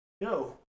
yo